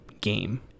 game